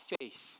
faith